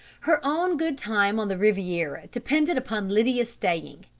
her own good time on the riviera depended upon lydia staying.